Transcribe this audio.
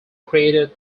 created